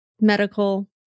medical